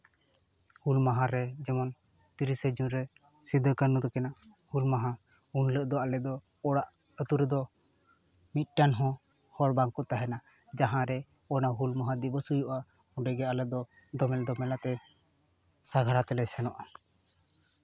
ᱦᱩᱞ ᱢᱟᱦᱟᱨᱮ ᱡᱮᱢᱚᱱ ᱛᱤᱨᱤᱥᱮ ᱡᱩᱱ ᱨᱮ ᱥᱤᱫᱩ ᱠᱟᱹᱱᱦᱩ ᱛᱟᱹᱠᱤᱱᱟᱜ ᱦᱩᱞ ᱢᱟᱦᱟ ᱩᱱ ᱦᱤᱞᱳᱜ ᱫᱚ ᱟᱞᱮ ᱫᱚ ᱚᱲᱟᱜ ᱟᱛᱳ ᱨᱮᱫᱚ ᱢᱤᱫᱴᱟᱱ ᱦᱚᱸ ᱦᱚᱲ ᱵᱟᱝ ᱠᱚ ᱛᱟᱦᱮᱱᱟ ᱡᱟᱦᱟᱸ ᱨᱮ ᱚᱱᱟ ᱦᱩᱞ ᱢᱟᱦᱟ ᱫᱤᱵᱚᱥ ᱦᱩᱭᱩᱜᱼᱟ ᱚᱸᱰᱮᱜᱮ ᱟᱞᱮ ᱫᱚ ᱫᱚᱢᱮᱞ ᱫᱚᱢᱮᱞ ᱟᱛᱮ ᱥᱟᱸᱜᱷᱟᱲ ᱟᱛᱮ ᱞᱮ ᱥᱮᱱᱚᱜᱼᱟ